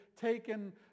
taken